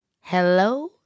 Hello